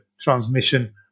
transmission